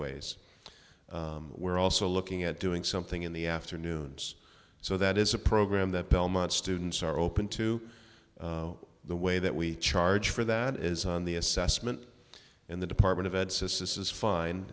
ways we're also looking at doing something in the afternoons so that is a program that belmont students are open to the way that we charge for that is on the assessment and the department of ed says this is fine